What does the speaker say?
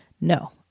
No